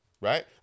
right